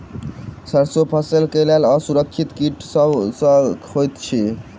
सैरसो फसल केँ लेल असुरक्षित कीट केँ सब होइत अछि?